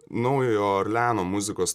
naujojo orleano muzikos